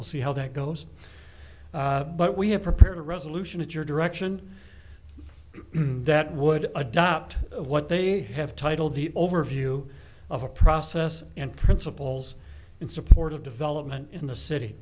we'll see how that goes but we have prepared a resolution at your direction that would adopt what they have titled the overview of a process and principles in support of development in the city